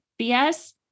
BS